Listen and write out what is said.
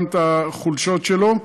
גם החולשות שלו.